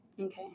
Okay